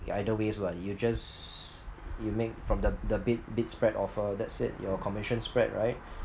either ways [what] you just you make from the the bid bid spread offer that said your commission spread right